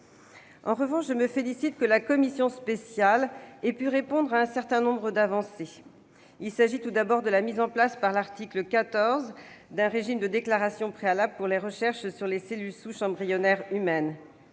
En revanche, je me félicite de ce que la commission spéciale ait pu donner une réponse positive à un certain nombre d'avancées. Il s'agit, tout d'abord, de la mise en place, par l'article 14, d'un régime de déclaration préalable pour les recherches sur les cellules souches embryonnaires humaines.